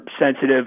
sensitive